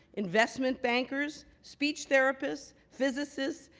investment bankers, speech therapists, physicists,